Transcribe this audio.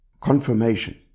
confirmation